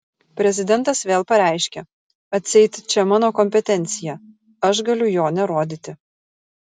prezidentas vėl pareiškia atseit čia mano kompetencija aš galiu jo nerodyti